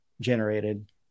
generated